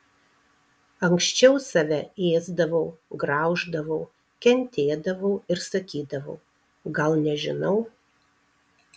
anksčiau save ėsdavau grauždavau kentėdavau ir sakydavau gal nežinau